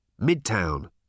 Midtown